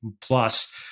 plus